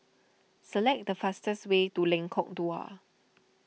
select the fastest way to Lengkok Dua